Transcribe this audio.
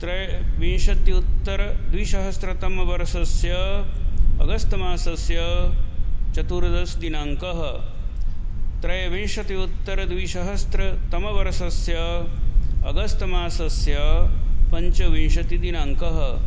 त्रयोविंशत्युत्तरद्विसहस्रतमवर्षस्य अगस्त् मासस्य चतुर्दशदिनाङ्कः त्रयोविंशत्युत्तरद्विसहस्रतमवर्षस्य अगस्त् मासस्य पञ्चविंशतिदिनाङ्कः